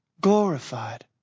glorified